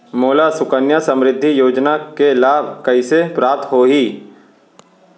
मोला सुकन्या समृद्धि योजना के लाभ कइसे प्राप्त होही?